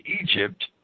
Egypt